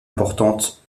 importantes